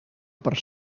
per